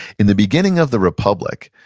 in the beginning of the republic,